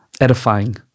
edifying